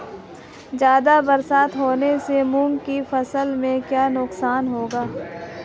ज़्यादा बरसात होने से मूंग की फसल में क्या नुकसान होगा?